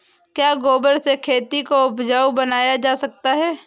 क्या गोबर से खेती को उपजाउ बनाया जा सकता है?